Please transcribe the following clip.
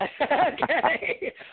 Okay